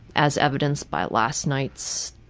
as evidenced by last night's,